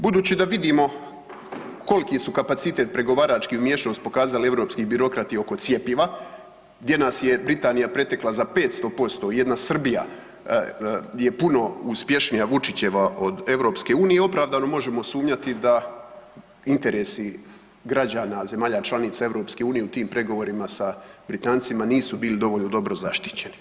Budući da vidimo koliki su kapacitet pregovarački i umješnost pokazali europski birokrati oko cjepiva gdje nas je Britanija pretekla za 500%, jedna Srbija je puno uspješnija, Vučićeva od EU-a i opravdano možemo sumnjati da interesi građana, zemalja članica EU-a u tim pregovorima sa Britancima nisu bili dovoljno dobro zaštićeni.